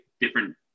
different